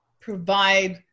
provide